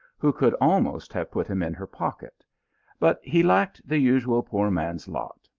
who could almost have put him in her pocket but he lacked the usual poor man s lot,